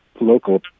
local